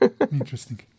Interesting